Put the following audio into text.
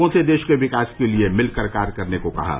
लोगों से देश के विकास के लिए मिलकर कार्य करने को कहा